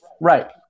Right